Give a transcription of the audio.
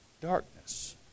darkness